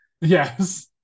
yes